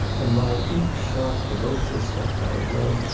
and while each sharp proboscis sucked our blood,